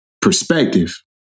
perspective